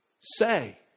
say